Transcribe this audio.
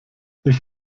ich